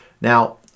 Now